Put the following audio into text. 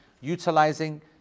utilizing